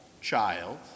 Child